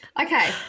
okay